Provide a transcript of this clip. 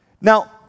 Now